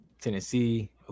Tennessee